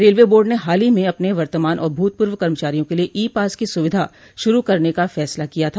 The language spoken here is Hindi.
रेलवे बोर्ड ने हाल ही में अपने वर्तमान और भूतपूर्व कर्मचारियों के लिये ई पास की सुविधा शुरू करने का फैसला किया था